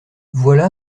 voilà